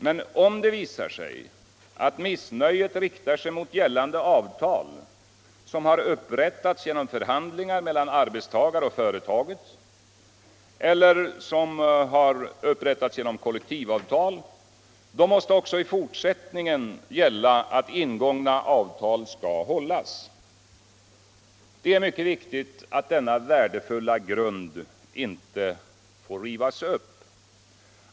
Men om det visar sig att missnöjet riktar sig mot gällande avtal som upprättats genom förhandlingar mellan arbetstagare och företaget eller genom kollektivavtal, då måste också i fortsättningen gälla att ingångna avtal skall hållas. Det är mycket viktigt att denna värdefulla grund inte får rivas upp.